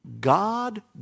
God